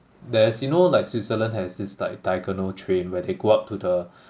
there's you know like Switzerland has this like diagonal train where they go up to the